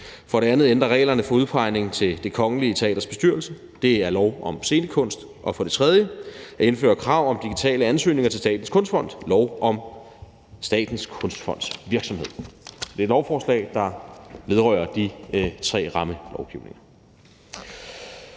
for det andet at ændre reglerne for udpegning til Det Kongelige Teaters bestyrelse, det er i lov om scenekunst, og for det tredje at indføre krav om digitale ansøgninger til Statens Kunstfond, og det er i lov om Statens Kunstfonds virksomhed. Det er et lovforslag, der vedrører de tre rammelovgivninger.